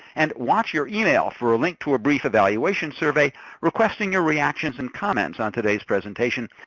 and watch your email for a link to a brief evaluation survey requesting your reactions and comments on today's presentation.